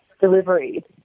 delivery